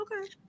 Okay